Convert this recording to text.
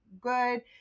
good